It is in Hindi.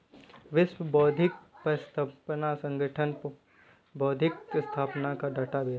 विश्व बौद्धिक संपदा संगठन बौद्धिक संपदा का डेटाबेस है